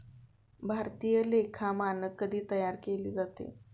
भारतीय लेखा मानक कधी तयार केले जाते?